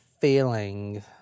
feeling